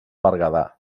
berguedà